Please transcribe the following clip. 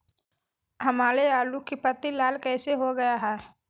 हमारे आलू की पत्ती लाल कैसे हो गया है?